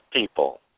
people